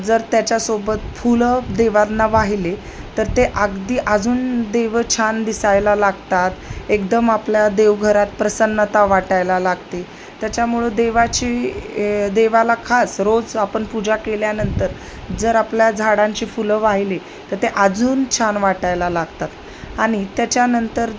जर त्याच्यासोबत फुलं देवांना वाहिले तर ते अगदी अजून देव छान दिसायला लागतात एकदम आपल्या देवघरात प्रसन्नता वाटायला लागते त्याच्यामुळं देवाची देवाला खास रोज आपण पूजा केल्यानंतर जर आपल्या झाडांची फुलं वाहिली तर ते अजून छान वाटायला लागतात आणि त्याच्यानंतर